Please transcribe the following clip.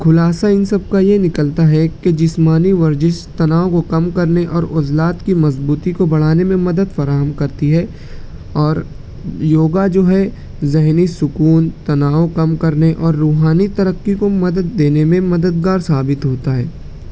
خلاصہ ان سب کا یہ نکلتا ہے کہ جسمانی ورزش تناؤ کو کم کرنے اور عزلات کی مضبوطی کو بڑھانے میں مدد فراہم کرتی ہے اور یوگا جو ہے ذہنی سکون تناؤ کم کرنے اور روحانی ترقی کو مدد دینے میں مددگار ثابت ہوتا ہے